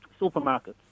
supermarkets